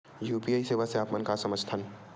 UPI सेवा से आप मन का समझ थान?